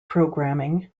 programming